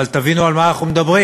אבל תבינו על מה אנחנו מדברים: